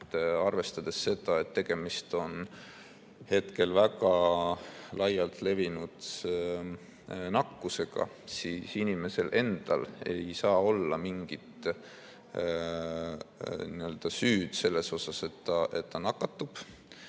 Arvestades seda, et tegemist on hetkel väga laialt levinud nakkusega, siis inimesel endal ei saa olla mingit süüd selles, et ta nakatub.